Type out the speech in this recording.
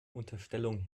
unterstellung